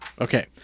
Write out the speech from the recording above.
Okay